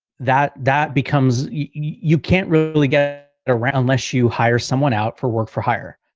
that, that becomes you can't really really get around unless you hire someone out for work for hire,